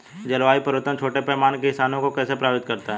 जलवायु परिवर्तन छोटे पैमाने के किसानों को कैसे प्रभावित करता है?